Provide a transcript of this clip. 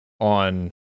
On